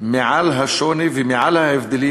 מעל השוני ומעל ההבדלים,